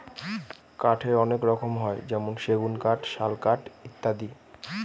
কাঠের অনেক রকম হয় যেমন সেগুন কাঠ, শাল কাঠ ইত্যাদি